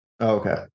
Okay